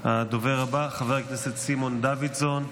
הדובר הבא הוא חבר הכנסת סימון דוידסון,